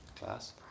Class